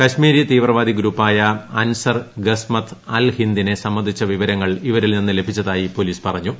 കാശ്മീരി തീവ്രവാദി ഗ്രൂപ്പായ അൻസർ ഗസ്മത് അൽ ഹിന്ദിനെ സംബന്ധിച്ച വിവരങ്ങൾ ഇവരിൽ നിന്ന് ലഭിച്ചതായി പോലീസ് പറഞ്ഞു